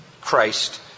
Christ